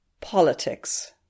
Politics